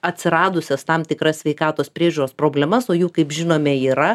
atsiradusias tam tikras sveikatos priežiūros problemas o jų kaip žinome yra